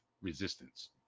Resistance